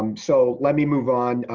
um so let me move on.